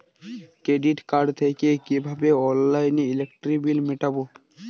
Credit card থেকে কিভাবে অনলাইনে ইলেকট্রিক বিল মেটাবো?